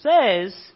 says